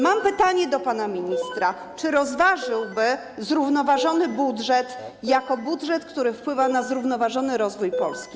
Mam pytanie do pana ministra, czy rozważyłby zrównoważony budżet jako budżet, który wpływa na zrównoważony rozwój Polski.